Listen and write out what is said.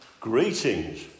greetings